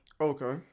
Okay